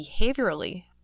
behaviorally